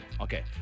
Okay